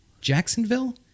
Jacksonville